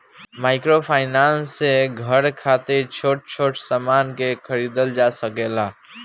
microfinance से घर खातिर छोट छोट सामान के खरीदल जा सकेला